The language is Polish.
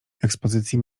ekspozycji